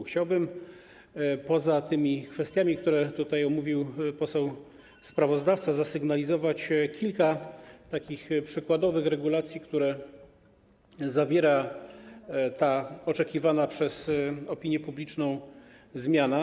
Chciałbym poza tymi kwestiami, które omówił poseł sprawozdawca, zasygnalizować kilka takich przykładowych regulacji, które zawiera ta oczekiwana przez opinię publiczną zmiana.